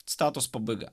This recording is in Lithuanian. citatos pabaiga